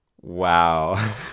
Wow